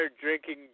drinking